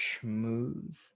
smooth